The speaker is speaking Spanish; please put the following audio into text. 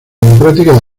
democrática